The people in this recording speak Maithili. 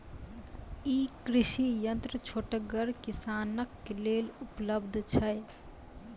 ई कृषि यंत्र छोटगर किसानक लेल उपलव्ध छै?